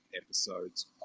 episodes